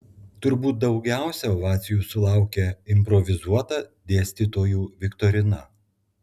turbūt daugiausiai ovacijų sulaukė improvizuota dėstytojų viktorina